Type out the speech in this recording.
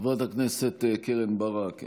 חברת הכנסת קרן ברק,